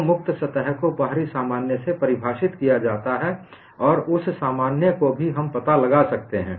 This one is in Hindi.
तो मुक्त सतह को बाहरी सामान्य से परिभाषित किया जाता है और उस सामान्य को भी हम पता लगा सकते हैं